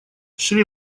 шри